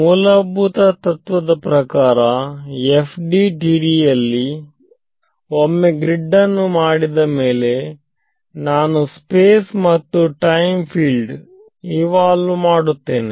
ಮೂಲಭೂತ ತತ್ವದ ಪ್ರಕಾರ FDTD ಯಲ್ಲಿ ಒಮ್ಮೆ ಗ್ರೀಡ್ ನ್ನು ಮಾಡಿದ ಮೇಲೆ ನಾನು ಸ್ಪೇಸ್ ಮತ್ತು ಟೈಮ್ ಫೀಲ್ದ್ ಇವ್ಲಾವ್ ಮಾಡುತ್ತೇನೆ